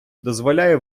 дозволяє